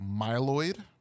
myeloid